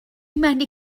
many